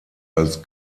als